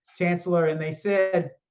chancellor, and they said,